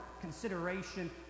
consideration